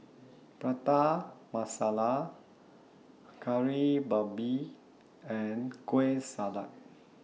Prata Masala Kari Babi and Kueh Salat